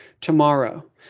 tomorrow